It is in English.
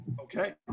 Okay